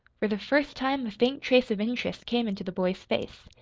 for the first time a faint trace of interest came into the boy's face.